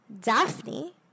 Daphne